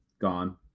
gone